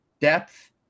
depth